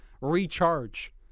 recharge